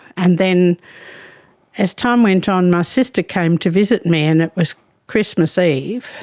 and then as time went on my sister came to visit me, and it was christmas eve,